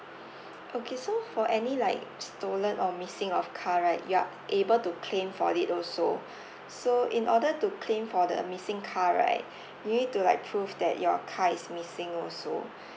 okay so for any like stolen or missing of car right you are able to claim for it also so in order to claim for the missing car right you need to like prove that your car is missing also